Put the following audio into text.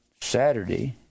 Saturday